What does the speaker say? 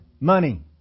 money